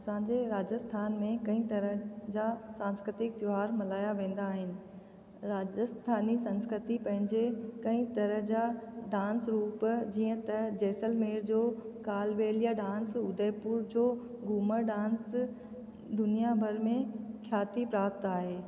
असांजे राजस्थान में कई तरह जा सांस्कृतिक त्योहार मल्हाया वेंदा आहिनि राजस्थानी संस्कृती पंहिंजे कई तरह जा डांस रूप जीअं त जैसलमेर जो कालबेलिया डांस उदयपुर जो घूमर डांस दुनिया भर में ख्याति प्राप्त आहे